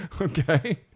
okay